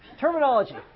Terminology